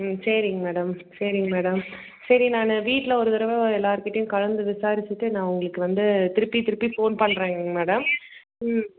ம் சரிங் மேடம் சரிங் மேடம் சரி நான் வீட்டில ஒரு தடவை எல்லாருக்கிட்டையும் கலந்து விசாரிச்சிட்டு நான் உங்களுக்கு வந்து திருப்பி திருப்பி ஃபோன் பண்றேங்க மேடம் ம்